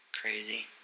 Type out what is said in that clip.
Crazy